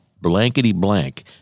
blankety-blank